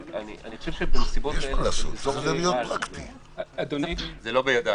אבל אני חושב שבנסיבות האלה של אזור מוגבל צריך --- זה לא בידיי.